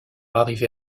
arrivée